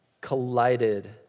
collided